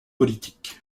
politique